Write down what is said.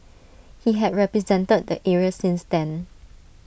he had represented the area since then